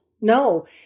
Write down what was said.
No